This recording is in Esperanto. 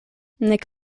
nek